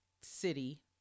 City